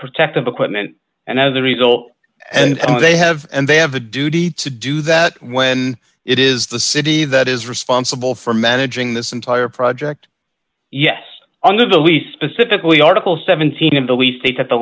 protective equipment and as a result they have and they have a duty to do that when it is the city that is responsible for managing this entire project yes under the we specifically article seventeen of the we take it